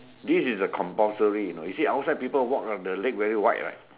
this is a compulsory you know you see outside people walk the leg very white right